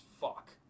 fuck